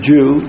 Jew